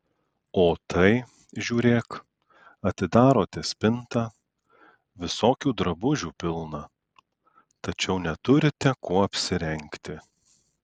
o tai žiūrėk atidarote spintą visokių drabužių pilna tačiau neturite kuo apsirengti